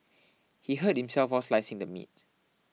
he hurt himself while slicing the meat